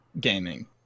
gaming